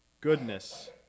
goodness